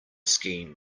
skiing